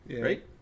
Right